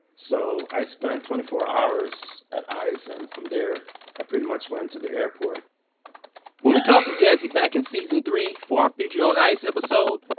so, i spent twenty four hours at ice. and from there i pretty much went to the airport when we talked to jassy back in season three for our feature on ice episode,